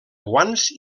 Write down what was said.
guants